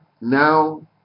now